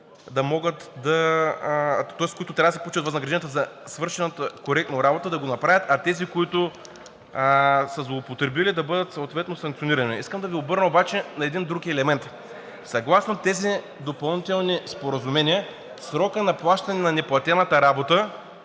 които трябва да си получат възнагражденията за свършената коректно работа, да го направят, а тези, които са злоупотребили, да бъдат съответно санкционирани. Искам да Ви обърна внимание обаче на един друг елемент. Съгласно тези допълнителни споразумения срокът на плащане на неплатената работа